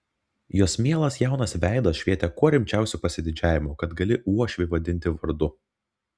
jos mielas jaunas veidas švietė kuo rimčiausiu pasididžiavimu kad gali uošvį vadinti vardu